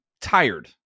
tired